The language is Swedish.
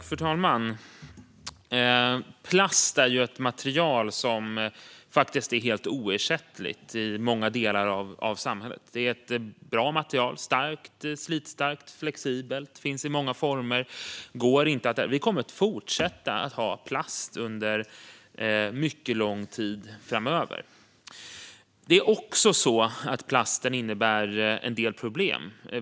Fru talman! Plast är ett material som faktiskt är helt oersättligt i många delar av samhället. Det är ett bra material: starkt, slitstarkt och flexibelt. Det finns i många former. Vi kommer att fortsätta att använda plast under mycket lång tid framöver. Plasten innebär också en del problem.